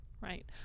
Right